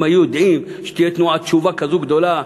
אם הם היו יודעים שתהיה תנועת תשובה כזו גדולה,